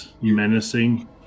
menacing